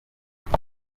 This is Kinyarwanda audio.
miss